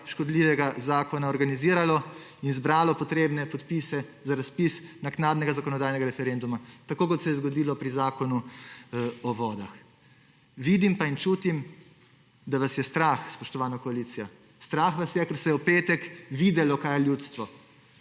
škodljivega zakona organiziralo in zbralo potrebne podpise za razpis naknadnega zakonodajnega referenduma, tako kot se je zgodilo pri Zakonu o vodah. Vidim in čutim, da vas je strah, spoštovana koalicija. Strah vas je, ker se je v petek videlo, kaj je ljudstvo